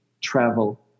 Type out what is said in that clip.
travel